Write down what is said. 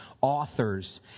authors